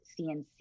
CNC